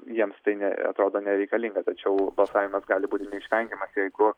jiems tai ne atrodo nereikalinga tačiau balsavimas gali būti neišvengiamas jeigu